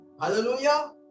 Hallelujah